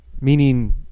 meaning